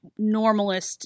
normalist